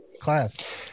class